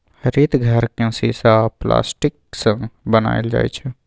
हरित घर केँ शीशा आ प्लास्टिकसँ बनाएल जाइ छै